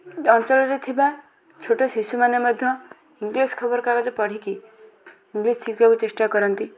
ଅଞ୍ଚଳରେ ଥିବା ଛୋଟ ଶିଶୁମାନେ ମଧ୍ୟ ଇଂଲିଶ୍ ଖବରକାଗଜ ପଢ଼ିକି ଇଂଲିଶ୍ ଶିଖିବାକୁ ଚେଷ୍ଟା କରନ୍ତି